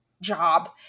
job